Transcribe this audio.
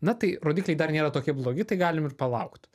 na tai rodikliai dar nėra tokie blogi tai galim ir palaukt